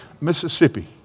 Mississippi